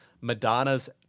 Madonna's